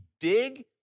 big